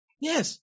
Yes